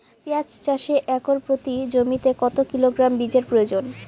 পেঁয়াজ চাষে একর প্রতি জমিতে কত কিলোগ্রাম বীজের প্রয়োজন?